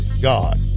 God